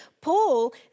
Paul